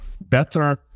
better